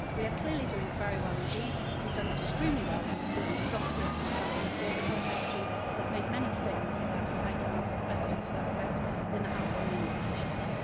we are clearly doing very well indeed we've done extremely well with the recruitment of doctors, for example, this year. the health secretary has made many statements to that effect and answered questions to that effect in the house on many occasions.